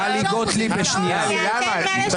לתת